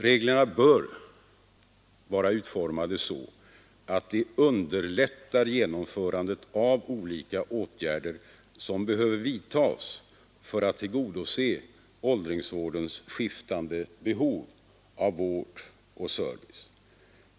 Reglerna bör vara utformade så att de underlättar genomförandet av olika åtgärder som behöver vidtas för att tillgodose åldringarnas skiftande behov av vård och service.